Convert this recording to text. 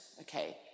okay